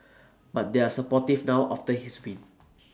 but they are supportive now after his win